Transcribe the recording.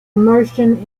immersion